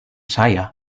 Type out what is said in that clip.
saya